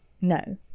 no